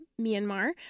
Myanmar